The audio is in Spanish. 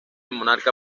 monarca